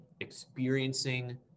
experiencing